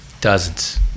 Dozens